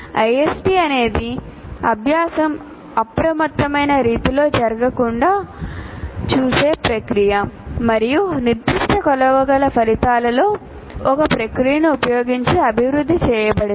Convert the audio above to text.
ISD అనేది అభ్యాసం అప్రమత్తమైన రీతిలో జరగకుండా చూసే ప్రక్రియ మరియు నిర్దిష్ట కొలవగల ఫలితాలతో ఒక ప్రక్రియను ఉపయోగించి అభివృద్ధి చేయబడింది